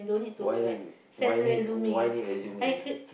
why you need why you need why need resume